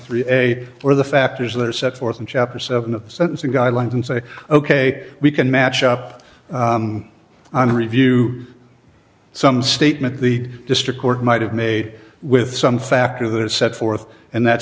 a or the factors that are set forth in chapter seven of sentencing guidelines and say ok we can match up on a review some statement the district court might have made with some factor that set forth and that